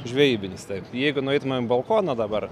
žvejybinis taip jeigu nueitumėm į balkoną dabar